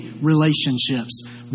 relationships